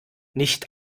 nicht